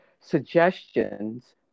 suggestions